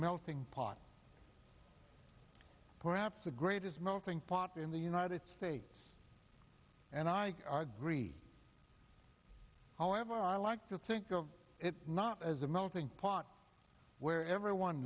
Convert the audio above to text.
melting pot perhaps the greatest melting pot in the united states and i agree however i like to think of it not as a melting pot where everyone